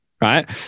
right